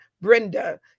Brenda